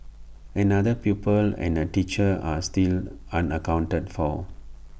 another pupil and A teacher are still unaccounted for